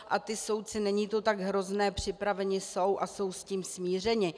A ti soudci, není to tak hrozné, připraveni jsou a jsou s tím smířeni.